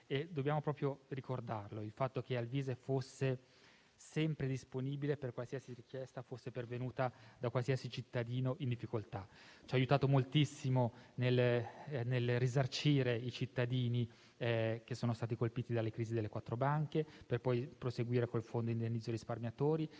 Dobbiamo proprio ricordare il fatto che Alvise fosse sempre disponibile per qualsiasi richiesta fosse pervenuta da qualsiasi cittadino in difficoltà. Ci ha aiutato moltissimo nel risarcire i cittadini colpiti dalla crisi delle quattro banche, per poi proseguire con il Fondo indennizzo risparmiatori;